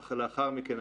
אך לאחר מכן,